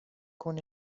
con